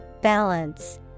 Balance